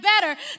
better